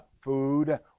food